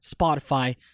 Spotify